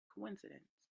coincidence